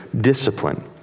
discipline